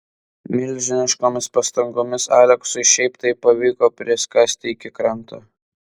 milžiniškomis pastangomis aleksui šiaip taip pavyko prisikasti iki kranto